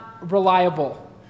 reliable